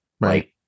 Right